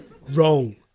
Wrong